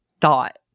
thought